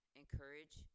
encourage